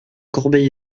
corbeil